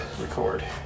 record